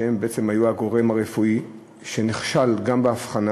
שהם היו הגורם הרפואי שנכשל גם באבחנה